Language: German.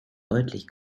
deutlich